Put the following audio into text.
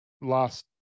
last